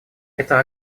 это